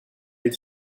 est